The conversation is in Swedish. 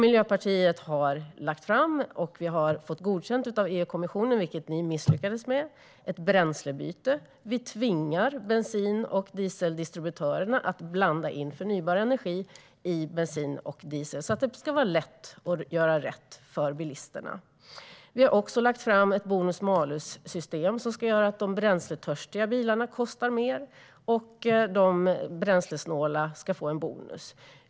Miljöpartiet har lagt fram och fått ett bränslebyte godkänt av EU-kommissionen, vilket ni misslyckades med. Vi tvingar bensin och dieseldistributörerna att blanda in förnybar energi i bensin och diesel så att det ska vara lätt att göra rätt för bilisterna. Vi har också lagt fram ett bonus-malus-system som ska göra att de bränsletörstiga bilarna kostar mer och att de bränslesnåla får en bonus.